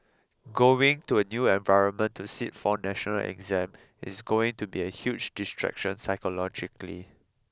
going to a new environment to sit for a national exam is going to be a huge distraction psychologically